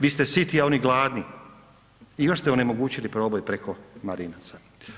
Vi ste siti, a oni gladni i još ste onemogućili proboj preko Marinaca.